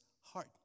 heart